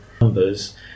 numbers